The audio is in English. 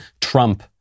Trump